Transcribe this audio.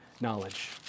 knowledge